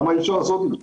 למה אי אפשר לעשות את זה?